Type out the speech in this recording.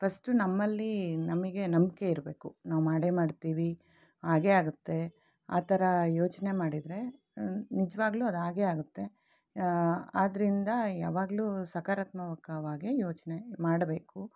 first ನಮ್ಮಲ್ಲಿ ನಮಗೆ ನಂಬಿಕೆ ಇರಬೇಕು ನಾವು ಮಾಡೇ ಮಾಡ್ತೀವಿ ಆಗೇ ಆಗುತ್ತೆ ಆ ಥರ ಯೋಚನೆ ಮಾಡಿದರೆ ನಿಜವಾಗ್ಲೂ ಅದು ಆಗೇ ಆಗುತ್ತೆ ಆದ್ದರಿಂದ ಯಾವಾಗಲೂ ಸಕರಾತ್ಮಕವಾಗಿ ಯೋಚನೆ ಮಾಡಬೇಕು